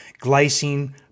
glycine